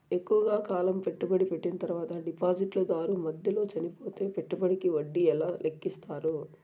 ఎక్కువగా కాలం పెట్టుబడి పెట్టిన తర్వాత డిపాజిట్లు దారు మధ్యలో చనిపోతే పెట్టుబడికి వడ్డీ ఎలా లెక్కిస్తారు?